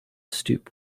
stoop